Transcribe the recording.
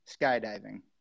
skydiving